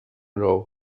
row